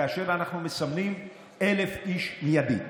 כאשר אנחנו מסמנים 1,000 איש מיידית,